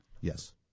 Yes